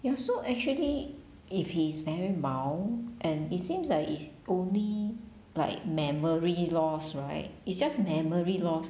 ya so actually if he's very mild and it seems like it's only like memory loss right it's just memory loss